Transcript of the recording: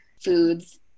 foods